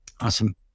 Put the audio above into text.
Awesome